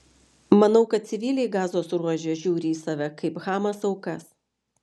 manau jog civiliai gazos ruože žiūri į save kaip hamas aukas